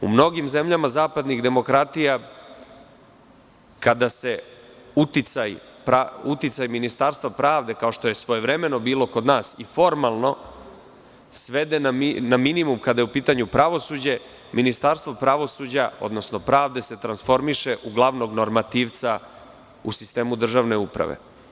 U mnogim zemljama zapadnih demokratija, kada se uticaj Ministarstva pravde, kao što je svojevremeno bilo kod nas, i formalno svede na minimum, kada je u pitanju pravosuđe, Ministarstvo pravosuđa, odnosno pravde se transformiše u glavnog normativca u sistemu državne uprave.